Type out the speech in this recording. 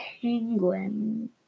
Penguin